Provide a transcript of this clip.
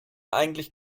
eigentlich